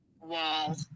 wall